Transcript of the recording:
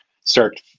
start